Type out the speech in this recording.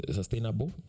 sustainable